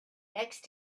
next